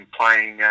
playing